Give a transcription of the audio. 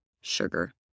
sugar